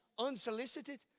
unsolicited